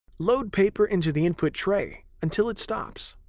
load paper into the input tray until it stops.